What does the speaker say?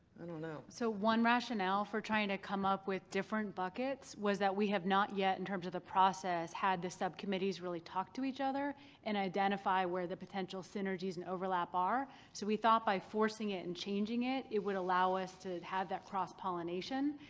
i don't know. so one rationale for trying to come up with different buckets was that we have not yet, in terms of the process, had the subcommittees really talk to each other and identify where the potential synergies and overlap are. so we thought by forcing it and changing it it would allow us to have that cross-pollination.